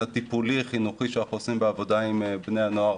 הטיפולי חינוכי שאנחנו עושים בעבודה עם בני הנוער